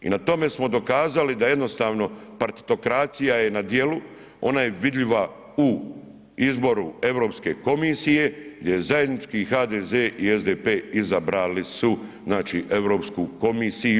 I na tom smo dokazali da jednostavno partitokracija je na djelu, ona je vidljiva u izboru Europske komisije gdje je zajednički HDZ i SDP izabrali su znači Europsku komisiju.